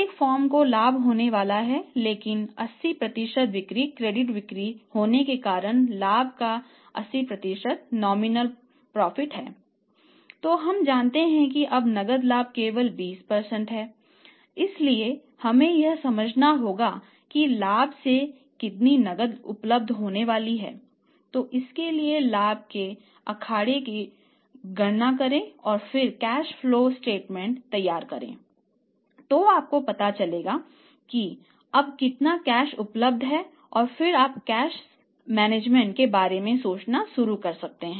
एक फर्म को लाभ होने वाला है लेकिन 80 बिक्री क्रेडिट बिक्री होने के कारण लाभ का 80 नॉमिनल प्रोफिट के बारे में सोचना शुरू कर सकते हैं